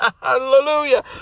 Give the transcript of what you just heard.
Hallelujah